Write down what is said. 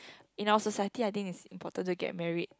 in our society I think it's important to get married